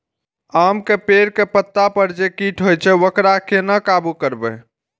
आम के पेड़ के पत्ता पर जे कीट होय छे वकरा केना काबू करबे?